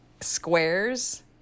squares